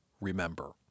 remember